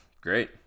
great